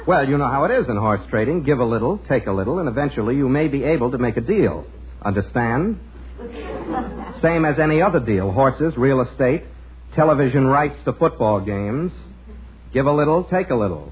well you know how it is and are straight and give a little take a little and eventually you may be able to make a deal understand same as any other deal horses real estate television rights the book all games give a little take a little